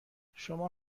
شما